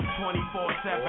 24-7